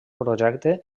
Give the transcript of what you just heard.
projecte